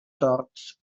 torts